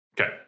Okay